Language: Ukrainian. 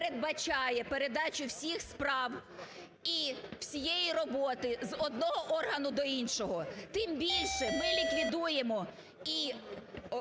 передбачає передачу всіх справ і всієї роботи з одного органу до іншого. Тим більше, ми ліквідуємо і